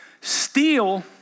steal